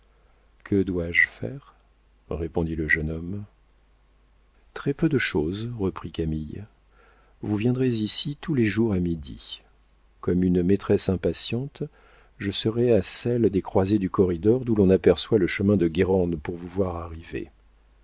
que dois-je faire répondit le jeune homme très peu de chose reprit camille vous viendrez ici tous les jours à midi comme une maîtresse impatiente je serai à celle des croisées du corridor d'où l'on aperçoit le chemin de guérande pour vous voir arriver